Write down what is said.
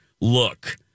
Look